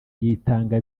yitanga